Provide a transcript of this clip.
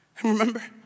Remember